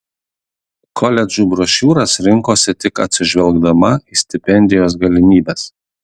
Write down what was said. koledžų brošiūras rinkosi tik atsižvelgdama į stipendijos galimybes